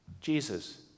Jesus